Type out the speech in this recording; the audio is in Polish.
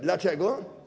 Dlaczego?